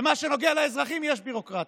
במה שנוגע לאזרחים יש ביורוקרטיה.